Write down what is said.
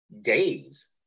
days